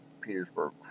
Petersburg